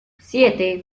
siete